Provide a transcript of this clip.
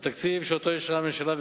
התקציב שאישרה הממשלה,